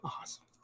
Awesome